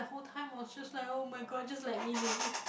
the whole time was just like [oh]-my-god just like me leh